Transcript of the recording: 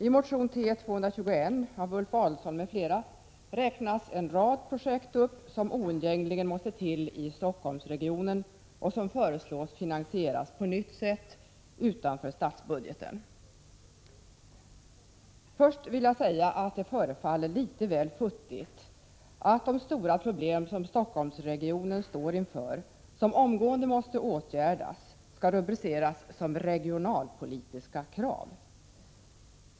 I motion T221 av Ulf Adelsohn m.fl. räknas en rad projekt upp, som oundgängligen måste till i Stockholmsregionen och som föreslås finansieras på nytt sätt, utanför statsbudgeten. Först vill jag säga att det förefaller litet väl futtigt att de stora problem som Stockholmsregionen står inför och som omgående måste åtgärdas skall rubriceras som ”regionalpolitiska krav”.